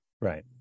right